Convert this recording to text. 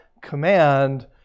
command